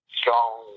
strong